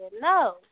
No